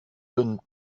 donne